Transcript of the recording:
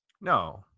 No